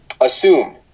assume